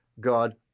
God